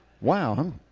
Wow